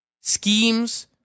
schemes